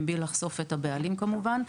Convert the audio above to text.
מבלי לחשוף את הבעלים כמובן.